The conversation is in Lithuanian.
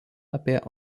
apie